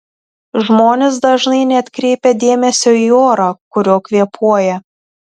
žmonės dažnai neatkreipia dėmesio į orą kuriuo kvėpuoja